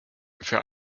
für